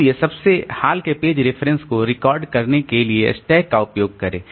इसलिए सबसे हाल के पेज रेफरेंस को रिकॉर्ड करने के लिए स्टैक का उपयोग करें